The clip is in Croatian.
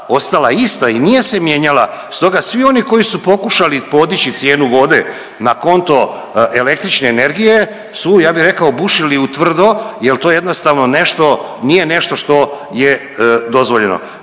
ostala ista i nije se mijenjala, stoga svi oni koji su pokušali podići cijenu vode na konto električne energije su, ja bih rekao, bušili u tvrdo, jer jednostavno nešto, nije nešto što je dozvoljeno.